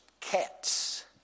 cats